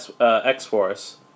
X-Force